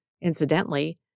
incidentally